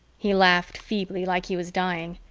he laughed feebly, like he was dying.